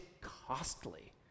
costly